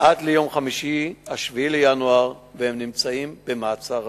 עד ליום חמישי, 7 בינואר, והם נמצאים במעצר רגיל.